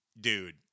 dude